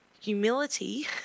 humility